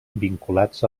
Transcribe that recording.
vinculats